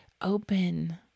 open